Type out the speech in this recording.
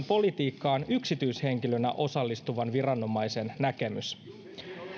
politiikkaan yksityishenkilönä osallistuvan viranomaisen näkemys